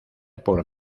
por